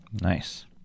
Nice